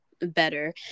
better